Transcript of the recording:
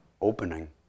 opening